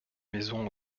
maisons